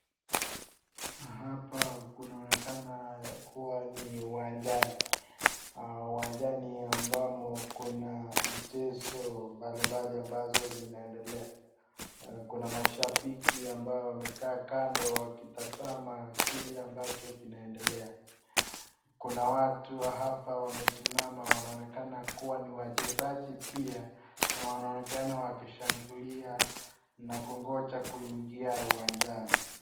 Hapa kunaonekanaka kuwa ni uwanjani. Uwanjani ambamo kuna ichezo mbali mbali ambazo zinaendelea. Kuna mashabiki ambao wamekaa kando wakitazama kile ambacho kinaendelea. Kuna watu hapa wamesimama wanaonekana kuwa ni wachezaji pia, na wanaonekana wakishangilia na kungoja kuingia uwanjani.